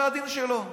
זה הדין שלו.